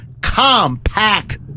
Compact